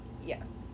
Yes